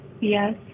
Yes